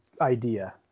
idea